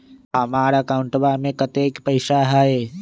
हमार अकाउंटवा में कतेइक पैसा हई?